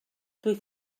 dwyt